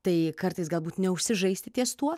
tai kartais galbūt neužsižaisti ties tuo